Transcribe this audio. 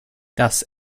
das